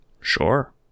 sure